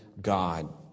God